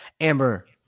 amber